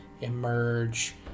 emerge